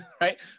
right